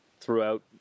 throughout